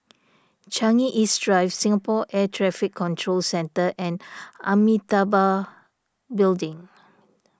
Changi East Drive Singapore Air Traffic Control Centre and Amitabha Building